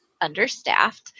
understaffed